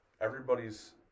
Everybody's